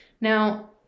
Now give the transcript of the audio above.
Now